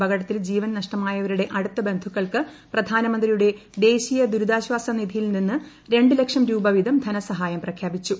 അപകടത്തിൽ ജീവൻ നഷ്ടമായവരുടെ അടുത്ത ബന്ധുക്കൾക്ക് പ്രധാനമന്ത്രിയുടെ ദേശീയ ദുരിതാശ്വാസ നിധിയിൽ രണ്ട് ലക്ഷം രൂപ വീതം ധനസഹായം പ്രഖ്യാപിച്ചു